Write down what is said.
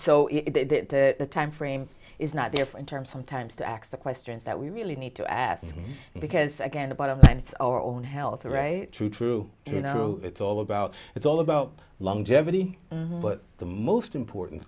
if the time frame is not there for a term sometimes to x the questions that we really need to ask because again the bottom line it's our own health right true true you know it's all about it's all about longevity but the most important